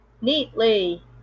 neatly